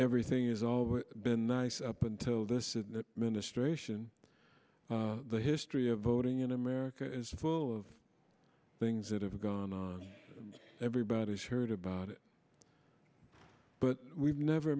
everything is all been nice up until this ministration the history of voting in america is full of things that have gone on everybody's heard about it but we've never